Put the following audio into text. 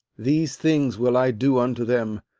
these things will i do unto them,